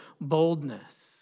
boldness